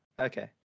Okay